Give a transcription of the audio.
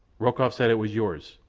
rokoff said it was yours.